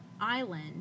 island